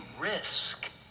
risk